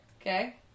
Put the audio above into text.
Okay